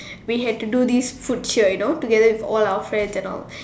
we had to do this food cheer you know together with all our friends and all